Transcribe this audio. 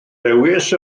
lewis